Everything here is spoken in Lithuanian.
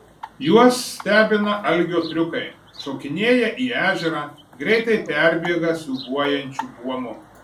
juos stebina algio triukai šokinėja į ežerą greitai perbėga siūbuojančiu buomu